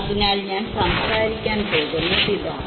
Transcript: അതിനാൽ ഞാൻ സംസാരിക്കാൻ പോകുന്നത് ഇതാണ്